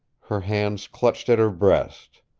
her hands clutched at her breast.